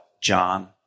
John